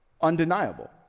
Undeniable